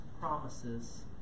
promises